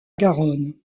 garonne